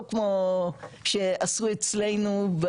לא כמו שעשו אצלנו,